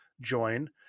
join